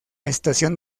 estación